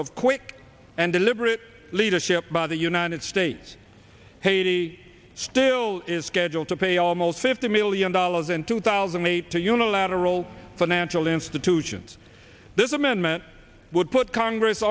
of quick and deliberate leadership by the united states haiti still is scheduled to pay almost fifty million dollars in two thousand and eight to unilateral financial institutions this amendment would put congress